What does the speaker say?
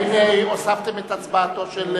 האם הוספתם את הצבעתו?